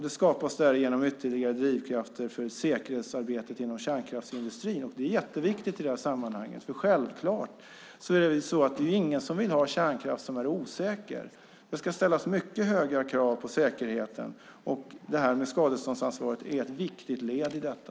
Det skapas därigenom ytterligare drivkrafter för säkerhetsarbetet inom kärnkraftsindustrin, och det är jätteviktigt i det här sammanhanget, för självklart är det ingen som vill ha kärnkraft som är osäker. Det ska ställas mycket höga krav på säkerheten, och skadeståndsansvaret är ett viktigt led i detta.